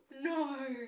No